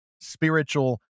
spiritual